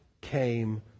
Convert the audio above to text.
came